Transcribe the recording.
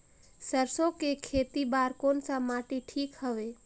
सरसो के खेती बार कोन सा माटी ठीक हवे?